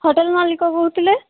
hotel ମାଲିକ କହୁଥିଲେ